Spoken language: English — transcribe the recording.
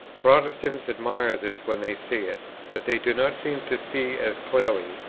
protestants admire this, when they see it but they do not seem to see as clearly,